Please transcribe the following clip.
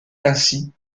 ainsi